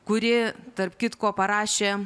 kuri tarp kitko parašė